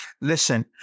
Listen